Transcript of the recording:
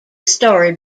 story